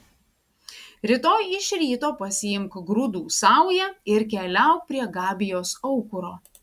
rytoj iš ryto pasiimk grūdų saują ir keliauk prie gabijos aukuro